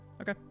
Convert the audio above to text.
Okay